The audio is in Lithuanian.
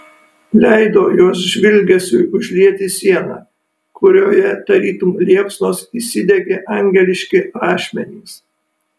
leido jos žvilgesiui užlieti sieną kurioje tarytum liepsnos įsidegė angeliški rašmenys